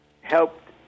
helped